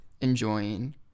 enjoying